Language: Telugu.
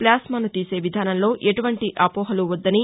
ప్లాస్మాసు తీసే విధానంలో ఎటువంటి అపోహలు వద్దని